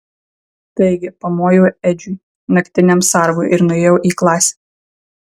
taigi pamojau edžiui naktiniam sargui ir nuėjau į klasę